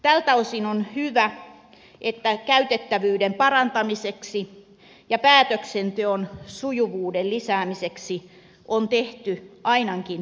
tältä osin on hyvä että käytettävyyden parantamiseksi ja päätöksenteon sujuvuuden lisäämiseksi on tehty ainakin jo suunnittelua